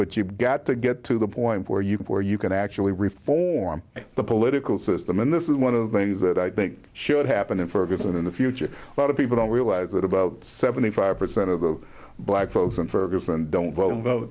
but you've got to get to the point where you can where you can actually reform the political system and this is one of the things that i think should happen in ferguson in the future a lot of people don't realize that about seventy five percent of the black folks in ferguson don't vote